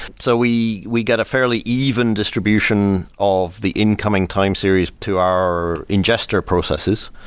so we we get a fairly even distribution of the incoming time series to our ingester processes.